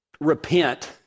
repent